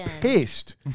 pissed